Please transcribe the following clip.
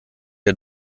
der